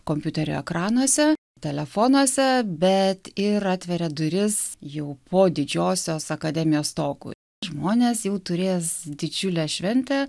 kompiuterio ekranuose telefonuose bet ir atveria duris jau po didžiosios akademijos stogu žmonės jau turės didžiulę šventę